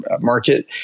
market